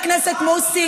חבר הכנסת מוסי,